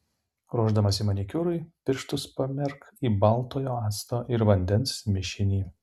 ruošdamasi manikiūrui pirštus pamerk į baltojo acto ir vandens mišinį